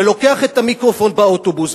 ולוקח את המיקרופון באוטובוס,